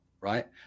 right